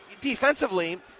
defensively